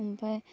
ओमफाय